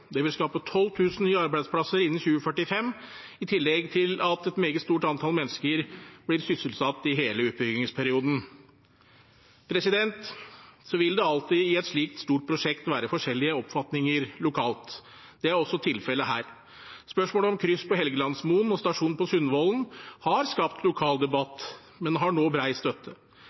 Det vil skape 12 000 nye arbeidsplasser innen 2045 i tillegg til at et meget stort antall mennesker blir sysselsatt i hele utbyggingsperioden. Det vil alltid i et slikt stort prosjekt være forskjellige oppfatninger lokalt. Det er også tilfellet her. Spørsmål om kryss på Helgelandsmoen og stasjon på Sundvollen har skapt lokal debatt, men har nå bred støtte.